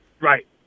Right